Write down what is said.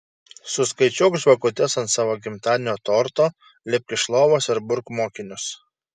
suskaičiuok žvakutes ant savo gimtadienio torto lipk iš lovos ir burk mokinius